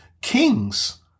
kings